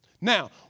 Now